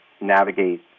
navigate